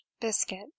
biscuit